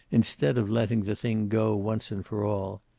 instead of letting the thing go, once and for all.